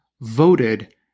voted